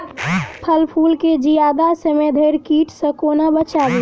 फल फुल केँ जियादा समय धरि कीट सऽ कोना बचाबी?